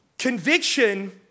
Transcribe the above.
Conviction